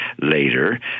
later